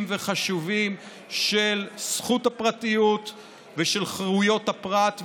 וחשובים של הזכות לפרטיות ושל חירויות הפרט,